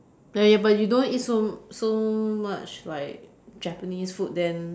ya ya but you don't eat so so much like Japanese food then